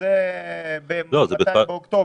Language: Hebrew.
שזה באוקטובר.